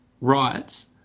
rights